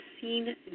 seen